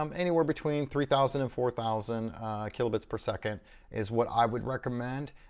um anywhere between three thousand and four thousand kilobits per second is what i would recommend.